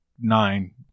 nine